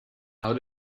how